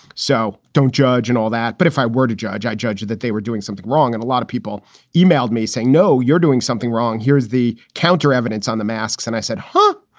so don't judge and all that. but if i were to judge, i judged that they were doing something wrong. and a lot of people emailed me saying, no, you're doing something wrong. here's the counter evidence on the masks. and i said, huh?